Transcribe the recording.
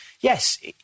yes